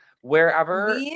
wherever